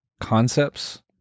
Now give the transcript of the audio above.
concepts